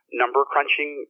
number-crunching